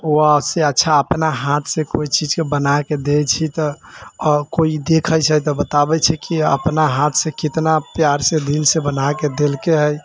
ओहि से अच्छा अपना हाथ से कोइ चीजके बनाके दै छी तऽ केओ देखैत छै तऽ बताबैत छै कि अपना हाथ से कितना प्यार से दिल से बनाके देलकै हइ